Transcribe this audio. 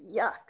yuck